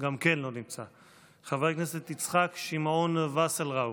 גם כן לא נמצא, חבר הכנסת יצחק שמעון וסרלאוף,